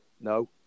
no